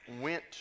went